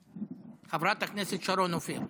חברת הכנסת שרון אופיר,